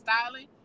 styling